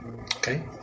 Okay